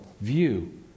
view